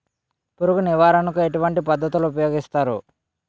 పురుగు నివారణ కు ఎటువంటి పద్ధతులు ఊపయోగిస్తారు?